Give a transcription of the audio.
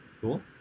Cool